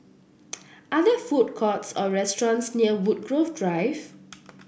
are there food courts or restaurants near Woodgrove Drive